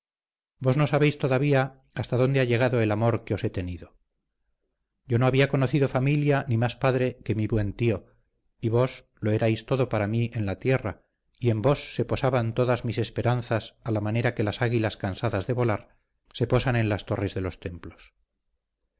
vos no sabéis todavía hasta dónde ha llegado el amor que os he tenido yo no había conocido familia ni más padre que mi buen tío y vos lo erais todo para mí en la tierra y en vos se posaban todas mis esperanzas a la manera que las águilas cansadas de volar se posan en las torres de los templos